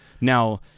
Now